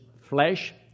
flesh